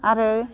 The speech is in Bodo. आरो